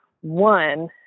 one